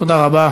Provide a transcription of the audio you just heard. תודה רבה.